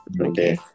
okay